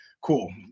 Cool